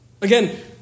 Again